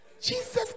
jesus